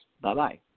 Bye-bye